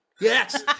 yes